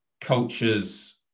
Cultures